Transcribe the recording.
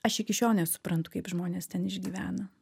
aš iki šiol nesuprantu kaip žmonės ten išgyvena